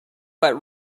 but